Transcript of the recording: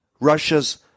Russia's